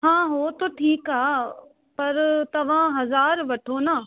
हा हो त ठीकु आहे पर तव्हां हज़ार वठो न